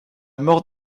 mort